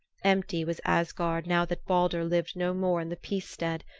empty was asgard now that baldur lived no more in the peace stead,